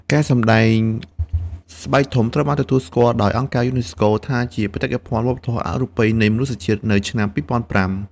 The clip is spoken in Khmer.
ការសម្ដែងស្បែកធំត្រូវបានទទួលស្គាល់ដោយអង្គការយូណេស្កូថាជាបេតិកភណ្ឌវប្បធម៌អរូបីនៃមនុស្សជាតិនៅឆ្នាំ២០០៥។